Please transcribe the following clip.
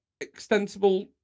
extensible